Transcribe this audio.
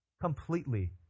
Completely